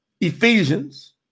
Ephesians